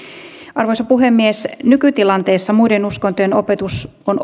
arvoisa puhemies nykytilanteessa muiden uskontojen opetus on